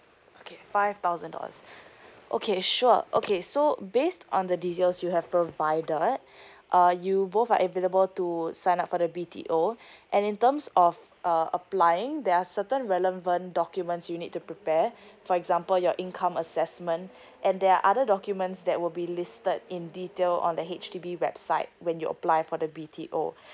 okay five thousand dollars okay sure okay so based on the details you have provided uh you both are available to sign up for the B_T_O and in terms of uh applying there are certain relevant documents you need to prepare for example your income assessment and there are other documents that will be listed in detail on the H_D_B website when you apply for the B_T_O